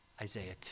Isaiah